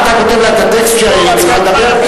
אתה כותב לה את הטקסט שהיא צריכה לומר?